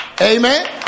Amen